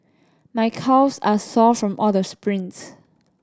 my calves are sore from all the sprints